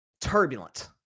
Turbulent